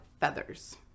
feathers